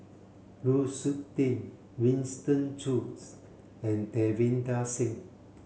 Lu Suitin Winston Choos and Davinder Singh